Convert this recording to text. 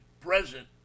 present